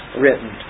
written